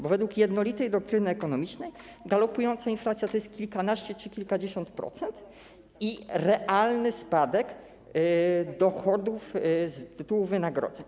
Bo według jednolitej doktryny ekonomicznej galopująca inflacja to jest kilkanaście czy kilkadziesiąt procent i realny spadek dochodów z tytułu wynagrodzeń.